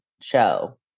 show